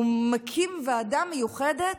הוא מקים ועדה מיוחדת,